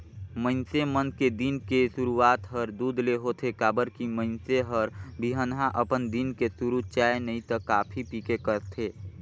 मइनसे मन के दिन के सुरूआत हर दूद ले होथे काबर की मइनसे हर बिहनहा अपन दिन के सुरू चाय नइ त कॉफी पीके करथे